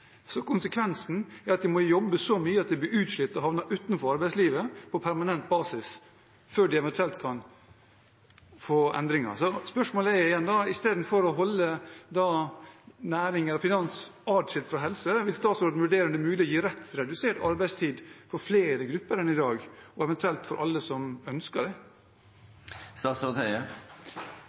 Konsekvensen er at de må jobbe så mye at de blir utslitt og havner utenfor arbeidslivet på permanent basis før de eventuelt kan få endringer. Spørsmålet er igjen: I stedet for å holde næring og finans adskilt fra helse, vil statsråden vurdere om det er mulig å gi rett til redusert arbeidstid for flere grupper enn i dag, eventuelt for alle som ønsker det?